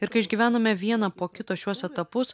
ir kai išgyvenome vieną po kito šiuos etapus